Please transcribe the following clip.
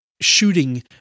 shooting